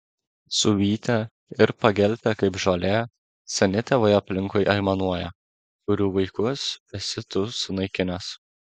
suvytę ir pageltę kaip žolė seni tėvai aplinkui aimanuoja kurių vaikus esi tu sunaikinęs